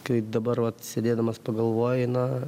kai dabar vat sėdėdamas pagalvoji na